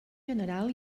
general